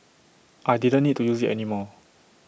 I didn't need to use IT anymore